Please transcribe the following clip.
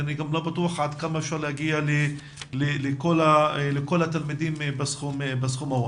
אני גם לא בטוח עד כמה אפשר להגיע לכל התלמידים בסכום הזה.